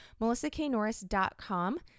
melissaknorris.com